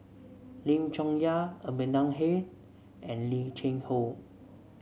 Lim Chong Yah Amanda Heng and Lim Cheng Hoe